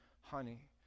honey